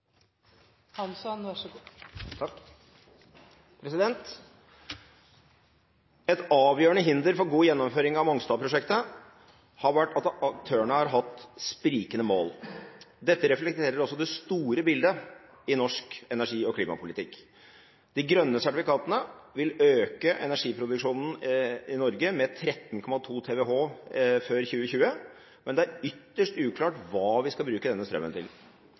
avgjørende hinder for god gjennomføring av Mongstad-prosjektet har vært at aktørene har hatt sprikende mål. Dette reflekterer også det store bildet i norsk energipolitikk. De grønne sertifikatene vil øke norsk energiproduksjon med 13,2 TWh før 2020, men det er ytterst uklart hva vi skal bruke strømmen til.